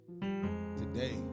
Today